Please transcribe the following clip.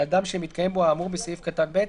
לאדם שמתקיים בו האמור בסעיף קטן (ב),